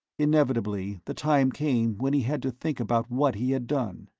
inevitably, the time came when he had to think about what he had done.